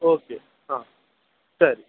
okay ಹಾಂ ಸರಿ